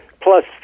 plus